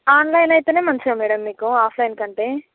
online అయితే మంచిగా madam మీకు ఆఫ్లైన్ కంటే